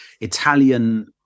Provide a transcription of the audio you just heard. Italian